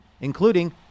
including